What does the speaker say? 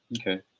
Okay